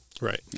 Right